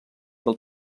del